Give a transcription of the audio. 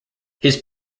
his